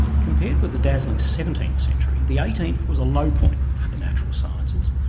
compared with the dazzling seventeenth century the eighteenth was a low point for the natural sciences.